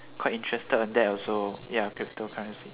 quite interested on that also ya cryptocurrency